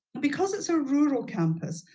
but because it's a rural campus,